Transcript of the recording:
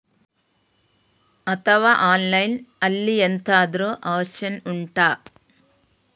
ಅಥವಾ ಆನ್ಲೈನ್ ಅಲ್ಲಿ ಎಂತಾದ್ರೂ ಒಪ್ಶನ್ ಉಂಟಾ